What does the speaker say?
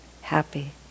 happy